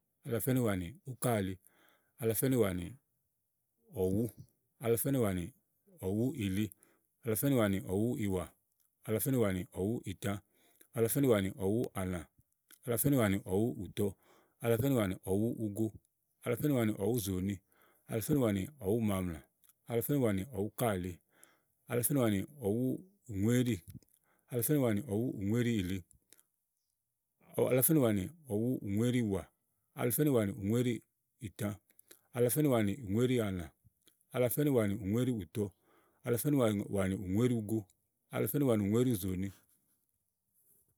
Alafá ínìwà nì úkàli, alafá ínìwà nì ɔ̀wú, alafá ínìwà nì ɔ̀wúìli, alafá ínìwà nì ɔ̀wúìtã, alafá ínìwà nì ɔ̀wúàlã, alafá ínìwà nì ɔ̀wúùtɔ, alafá ínìwà nì ɔ̀wúugo, alafá ínìwà nì ɔ̀wúùzòóni, alafá ínìwà nì ɔ̀wúùmaamlà, alafá ínìwà nì ɔ̀wúùkàli, alafá ínìwà nì ɔ̀wúìŋúéɖì, alafá ínìwà nì ɔ̀wúìŋúé ɖììli, alafá ínìwà nì ɔ̀wúìŋúéɖììwa, alafá ínìwà nì ìŋúéɖì ìtã, alafá ínìwà nì ìŋúéàlã, alafá ínìwà nì ìŋúéɖi ùtɔ, alafá ínìwà nì ìŋúéɖi ugo, alafá ínìwà nì ìŋúéɖi ùzòòni.